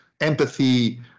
empathy